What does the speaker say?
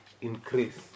increase